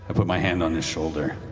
ah put my hand on his shoulder.